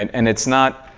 and and it's not